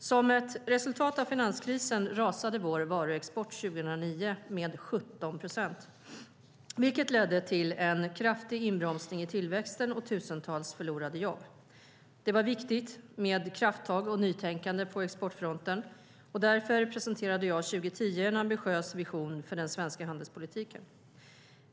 Som ett resultat av finanskrisen rasade vår varuexport 2009 med 17 procent, vilket ledde till en kraftig inbromsning i tillväxten och tusentals förlorade jobb. Det var viktigt med krafttag och nytänkande på exportfronten, och därför presenterade jag 2010 en ambitiös vision för den svenska handelspolitiken.